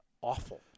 awful